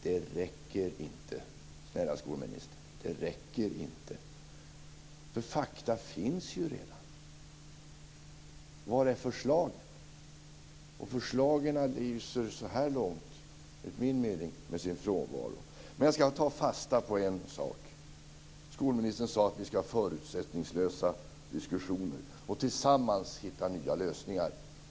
Det räcker inte, snälla skolministern, det räcker inte. Fakta finns ju redan. Var är förslagen? Förslagen lyser så här långt, enligt min mening, med sin frånvaro. Men jag ska ta fasta på en sak. Skolministern sade att vi ska ha förutsättningslösa diskussioner och tillsammans hitta nya lösningar.